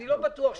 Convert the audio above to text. אני לא בטוח שצריך.